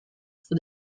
for